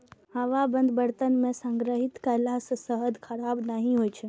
हवाबंद बर्तन मे संग्रहित कयला सं शहद खराब नहि होइ छै